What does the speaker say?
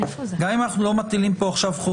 גם אם אנחנו לא מטילים פה חובה,